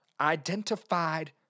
Identified